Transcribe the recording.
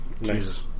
Nice